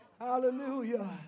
Hallelujah